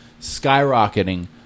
skyrocketing